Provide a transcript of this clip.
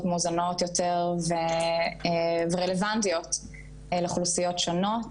מאוזנות יותר ורלוונטיות לאוכלוסיות שונות.